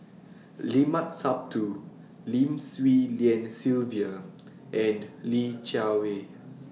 Limat Sabtu Lim Swee Lian Sylvia and Li Jiawei